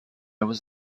was